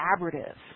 collaborative